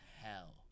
hell